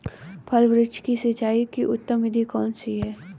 फल वृक्ष की सिंचाई की उत्तम विधि कौन सी है?